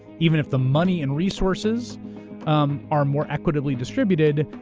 even if the money and resources um are more equitably distributed,